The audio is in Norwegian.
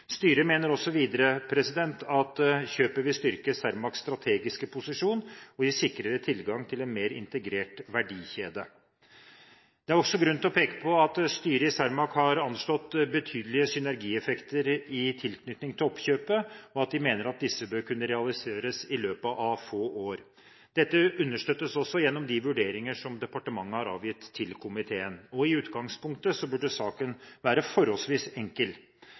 Styret mener også videre at kjøpet vil styrke Cermaqs strategiske posisjon og gi sikrere tilgang til en mer integrert verdikjede. Det er også grunn til å peke på at styret i Cermaq har anslått betydelige synergieffekter i tilknytning til oppkjøpet, og at de mener at disse bør kunne realiseres i løpet av få år. Dette understøttes også gjennom de vurderinger som departementet har avgitt til komiteen, og i utgangspunktet burde saken være forholdsvis enkel.